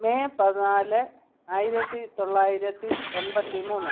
May പതിനാല് ആയിരത്തി തൊള്ളായിരത്തി എൺപത്തി മൂന്ന്